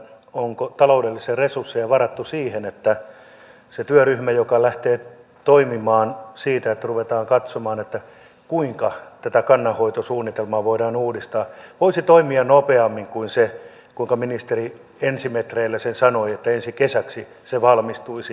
onko taloudellisia resursseja varattu siihen että se työryhmä joka rupeaa katsomaan kuinka tätä kannanhoitosuunnitelmaa voidaan uudistaa voisi toimia nopeammin kuin mitä ministeri ensimetreillä sanoi että vasta ensi kesäksi se valmistuisi